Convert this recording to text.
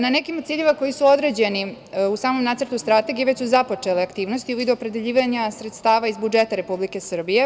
Na nekim od ciljeva koji su određeni u samom nacrtu strategiju već su započete aktivnosti, a u vidu opredeljivanja sredstava iz budžeta Republike Srbije.